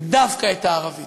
דווקא את הערבית.